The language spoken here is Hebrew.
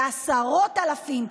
בעשרות אלפים,